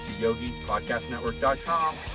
yogi'spodcastnetwork.com